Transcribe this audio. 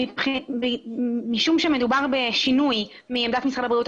משום שמדובר בשינוי מעמדת משרד הבריאות,